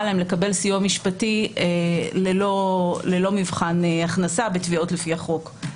להם לקבל סיוע משפטי ללא מבחן הכנסה בתביעות לפי החוק.